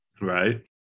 Right